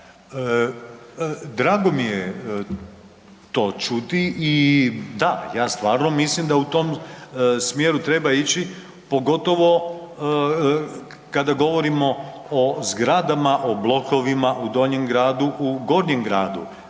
Drago mi je to čuti i da, ja stvarno mislim da u tom smjeru treba ići, pogotovo kada govorimo o zgradama, o blokovima u Donjem gradu, u Gornjem gradu.